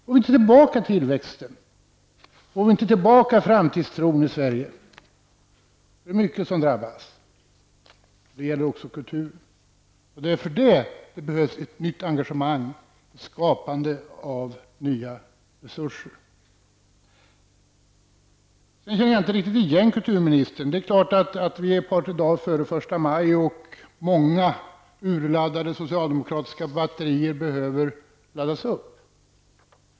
Får vi inte tillbaka tillväxten, får vi inte tillbaka framtidstron i Sverige, är det mycket som drabbas. Det gäller också kulturen. Det är därför det behövs en nytt engagemang, skapande av nya resurser. Sedan kände jag inte riktigt igen kulturministern. Det är klart att det är bara ett par tre dagar till 1 maj, och många urladdade socialdemokratiska batterier behöver laddas upp.